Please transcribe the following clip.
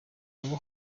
abo